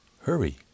hurry